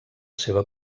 seva